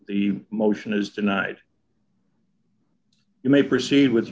the motion is denied you may proceed with